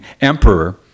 emperor